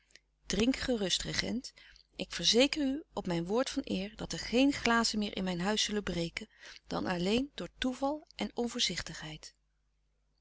drink gerust regent ik verzeker u op mijn woord van eer dat er geen glazen meer in mijn huis zullen breken dan alleen door toeval en onvoorzichtigheid